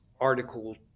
Article